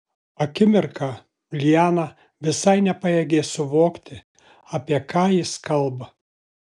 akimirką liana visai nepajėgė suvokti apie ką jis kalba